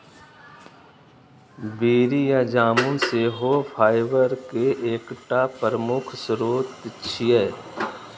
बेरी या जामुन सेहो फाइबर के एकटा प्रमुख स्रोत छियै